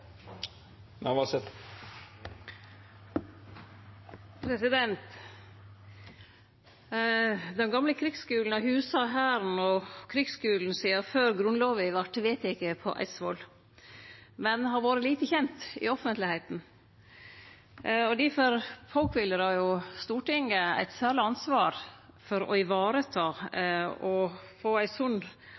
Den gamle krigsskulen har husa Hæren og krigsskulen sidan før Grunnlova vart vedteken på Eidsvoll, men har vore lite kjent i det offentlege, og difor kviler det på Stortinget eit særleg ansvar for å vareta og få ei sunn